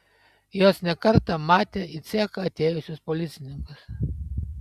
jos ne kartą matė į cechą atėjusius policininkus